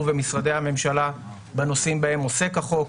ומשרדי הממשלה בנושאים שבהם עוסק החוק.